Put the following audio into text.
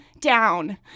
down